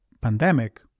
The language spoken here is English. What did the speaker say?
pandemic